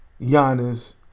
Giannis